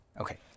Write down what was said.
Okay